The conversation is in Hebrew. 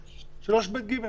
גבי,